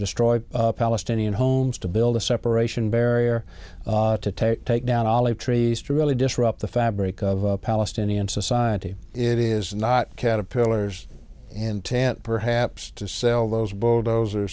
destroy palestinian homes to build a separation barrier to take take down olive trees to really disrupt the fabric of palestinian society it is not caterpillars and tant perhaps to sell those bulldozer